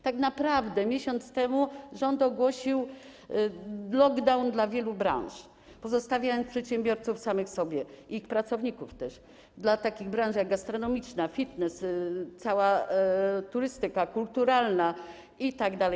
Tak naprawdę miesiąc temu rząd ogłosił lockdown dla wielu branż, pozostawiając przedsiębiorców samym sobie i ich pracowników też - dla takich branż jak gastronomiczna, fitness, cała turystyka, branża kulturalna itd.